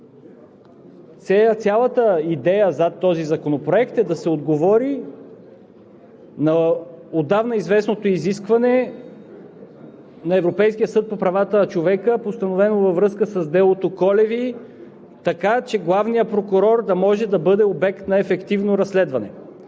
Цялата идея зад този законопроект е да се отговори на отдавна известното изискване на Европейския съд по правата на човека, постановено във връзка с делото „Колеви“, така че главният прокурор да може да бъде обект на ефективно разследване.